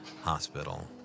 Hospital